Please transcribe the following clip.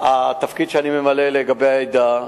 התפקיד שאני ממלא לגבי העדה,